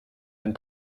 and